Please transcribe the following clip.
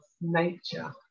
nature